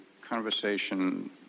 conversation